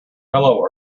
hello